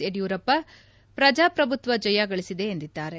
ಯಡಿಯೂರಪ್ಪ ಪ್ರಜಾಪ್ರಭುತ್ವ ಜಯ ಗಳಿಸಿದೆ ಎಂದಿದ್ದಾರೆ